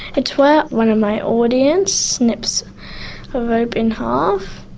it's where one of my audience snips a rope in half